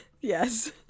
Yes